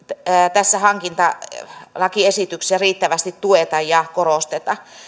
tässä hankintalakiesityksessä riittävästi tueta ja korosteta